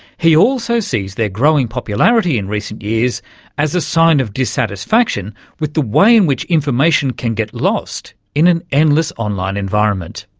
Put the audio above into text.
he also sees their growing popularity in recent years as a sign of dissatisfaction with the way in which information can get lost in an endless online environment.